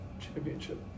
Championship